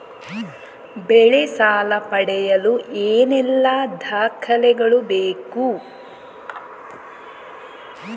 ಬೆಳೆ ಸಾಲ ಪಡೆಯಲು ಏನೆಲ್ಲಾ ದಾಖಲೆಗಳು ಬೇಕು?